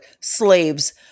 slaves